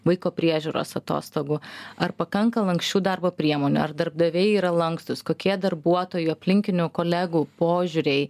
vaiko priežiūros atostogų ar pakanka lanksčių darbo priemonių ar darbdaviai yra lankstūs kokie darbuotojų aplinkinių kolegų požiūriai